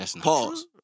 Pause